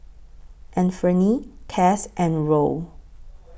Anfernee Cass and Roe